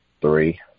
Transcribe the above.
Three